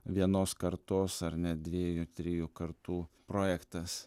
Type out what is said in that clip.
vienos kartos ar net dviejų trijų kartų projektas